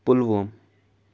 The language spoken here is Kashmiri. پُلووم